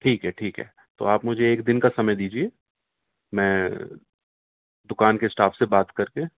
ٹھیک ہے ٹھیک ہے تو آپ مجھے ایک دن کا سمے دیجیے میں دکان کے اسٹاف سے بات کر کے